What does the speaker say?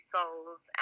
Souls